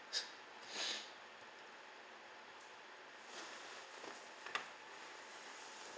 s~